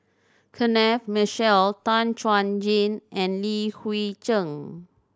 Kenneth Mitchell Tan Chuan Jin and Li Hui Cheng